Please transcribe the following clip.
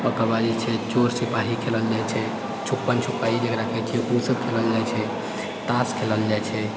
ओकराबाद जे छै चोर सिपाही खेलल जाइत छै छुप्पन छुपाइ जेकरा कहैत छियै ओ सब खेलल जाइत छै ताश खेलल जाइत छै